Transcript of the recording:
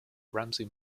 ramsay